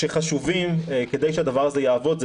שחשובים כדי שהדבר הזה יעבוד זה,